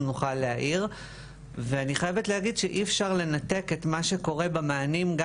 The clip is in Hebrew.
נוכל להעיר ואני חייבת להגיד שאי אפשר לנתק את מה שקורה במענים גם